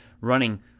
running